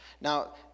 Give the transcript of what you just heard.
Now